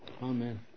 Amen